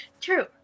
True